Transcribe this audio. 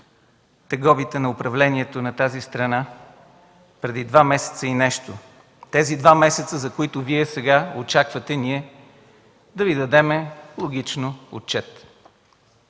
тегобите на управлението на тази страна преди два месеца и нещо – тези два месеца, за което Вие сега очаквате ние да Ви дадем логично отчет.